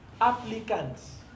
Applicants